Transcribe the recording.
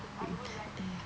mm eh